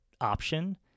option